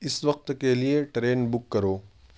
اس وقت کے لیے ٹرین بک کرو